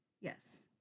Yes